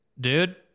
Dude